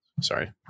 Sorry